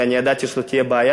ואני ידעתי שזאת תהיה בעיה,